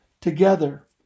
together